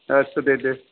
आच्छा दे दे